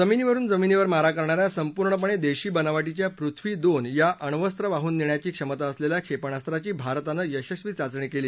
जमिनीवरून जमिनीवर मारा करणाऱ्या संपूर्णपणे देशी बनावटीच्या पृथ्वी दोन या अण्वस्त्र वाहून नेण्याची क्षमता असलेल्या क्षेपणास्त्राधी भारतानं यशस्वी चाचणी केली